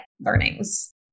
learnings